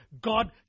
God